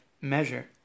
measure